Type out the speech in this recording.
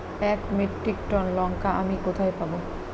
এক metric ton লঙ্কা আমি কোথায় পাবো?